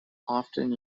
often